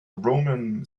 roman